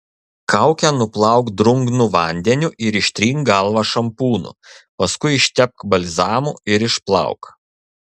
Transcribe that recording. kaukę nuplauk drungnu vandeniu ir ištrink galvą šampūnu paskui ištepk balzamu ir išplauk